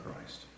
Christ